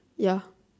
ya